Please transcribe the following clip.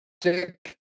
Stick